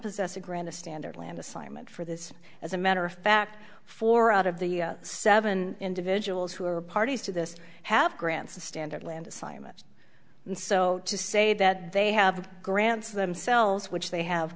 possess a grand a standard land assignment for this as a matter of fact four out of the seven individuals who are parties to this have grants the standard land assignments and so to say that they have grants themselves which they have